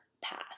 path